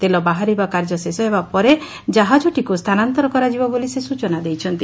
ତେଲ ବାହାରିବା କାର୍ଯ୍ୟ ଶେଷହେବା ପରେ କାହାଜଟିକୁ ସ୍କାନାନ୍ତର କରାଯିବ ବୋଲି ସେ ସ୍ୟଚନା ଦେଇଛନ୍ତି